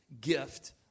gift